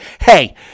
Hey